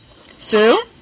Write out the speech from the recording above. Sue